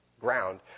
ground